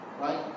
Right